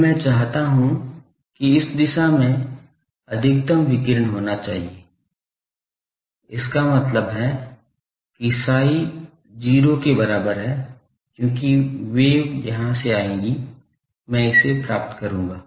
अब मैं चाहता हूं कि इस दिशा में अधिकतम विकिरण होना चाहिए इसका मतलब है कि psi 0 के बराबर है क्योंकि वेव यहां से आएगी मैं इसे प्राप्त करूंगा